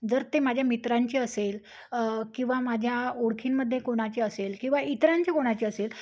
जर ते माझ्या मित्रांचे असेल किंवा माझ्या ओळखींमध्ये कोणाचे असेल किंवा इतरांची कोणाचे असेल